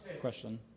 question